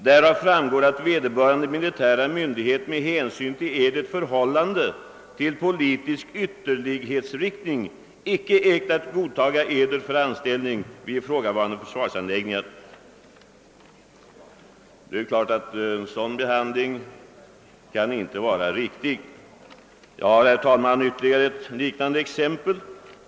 Därav framgår att vederbörande militära myndighet med hänsyn till Edert förhållande till politisk ytterlighetsriktning icke ägt att godtaga Eder för anställning vid ifrågavarande försvarsanläggningar.» En sådan behandling kan naturligtvis inte vara riktig. Jag har, herr talman, ytterligare ett liknande exempel.